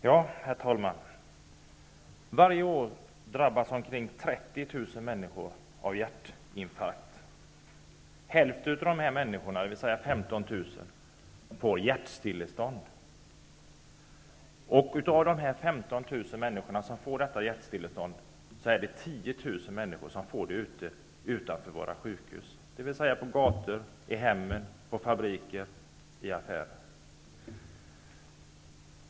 Herr talman! Varje år drabbas omkring 30 000 människor som får hjärtstillestånd får 10 000 detta utanför våra sjukhus, dvs. på gator, i hemmen, på fabriker och i affärer.